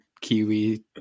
kiwi